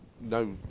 no